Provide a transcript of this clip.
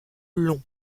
long